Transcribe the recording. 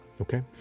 Okay